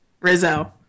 rizzo